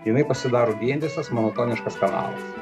jinai pasidaro vientisas monotoniškas kanalas